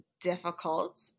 difficult